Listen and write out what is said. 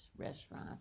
restaurant